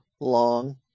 long